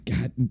God